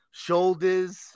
shoulders